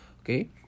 Okay